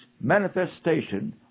manifestation